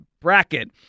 Bracket